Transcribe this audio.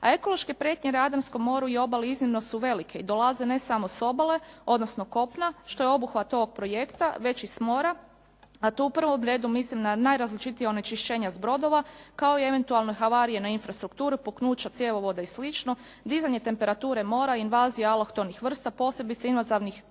A ekološke prijetnje Jadranskom moru i obali iznimno su velike i dolaze ne samo sa obale, odnosno kopna, što je obuhvat ovog projekta, već i sa mora a tu u prvom redu mislim na najrazličitija onečišćenja sa brodova kao i eventualne havarije na infrastrukturu, puknuća cijevovoda i slično, dizanje temperature mora, invazija alohtonih vrsta, posebice …/Govornik